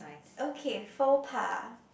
okay faux pas